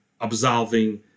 absolving